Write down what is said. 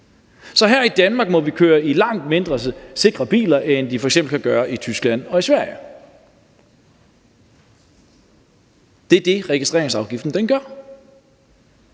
Så her i Danmark må vi køre i langt mindre sikre biler, end de f.eks. kan gøre i Tyskland og Sverige. Det er det, registreringsafgiften gør.